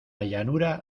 llanura